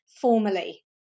formally